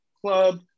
club